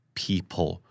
people